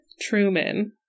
Truman